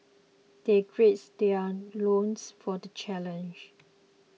they gird their loins for the challenge